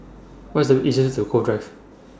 What IS The easiest to Cove Drive